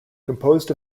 composed